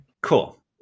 Cool